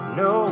no